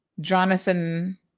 Jonathan